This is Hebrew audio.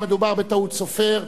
מדובר בטעות סופר.